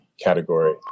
category